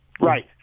Right